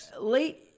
late